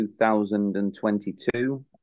2022